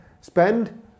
spend